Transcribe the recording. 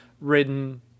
written